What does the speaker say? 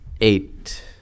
eight